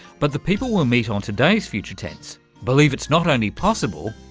but the people we'll meet on today's future tense believe it's not only possible,